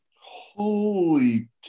Holy